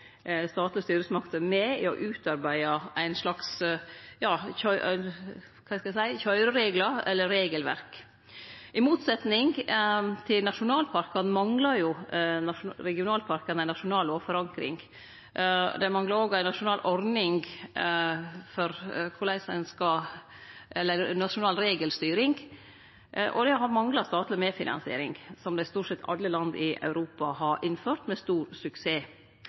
statlege styresmakter med på å utarbeide ein slags køyrereglar eller regelverk. I motsetning til nasjonalparkane manglar regionalparkane ei nasjonal lovforankring. Dei manglar òg ei nasjonal regelstyring, og det har mangla statleg medfinansiering, noko stort sett alle land i Europa har innført med stor suksess.